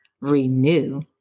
renew